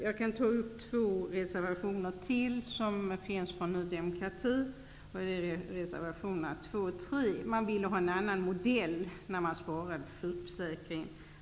Jag vill också beröra två reservationer från Ny demokrati, nr 2 och 3, där Ny demokrati föreslår en annan modell för besparingar inom sjukförsäkringen.